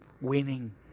winning